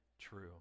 true